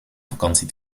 vakantie